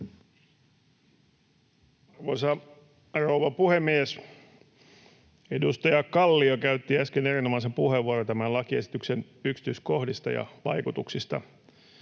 Arvoisa rouva puhemies! Edustaja Kallio käytti äsken erinomaisen puheenvuoron tämän lakiesityksen yksityiskohdista ja vaikutuksista.